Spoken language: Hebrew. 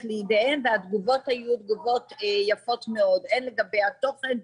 לידיהם והתגובות היו יפות מאוד הן לגבי התוכן,